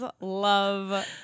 love